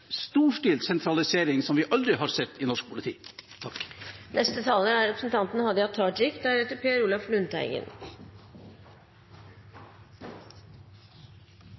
storstilt sentralisering som vi aldri har sett i norsk politi. Arbeidarpartiet støttar intensjonane bak politireforma, men me er